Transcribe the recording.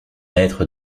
être